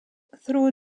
through